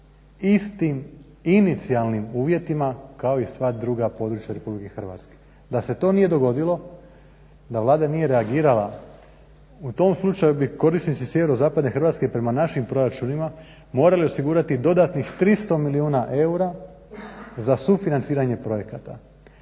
istim inicijalnim uvjetima kao i sva druga područja RH. Da se to nije dogodilo, da Vlada nije reagirala u tom slučaju bi korisnici sjeverozapadne Hrvatske prema našim proračunima morali osigurati dodatnih 300 milijuna eura za sufinanciranje projekata.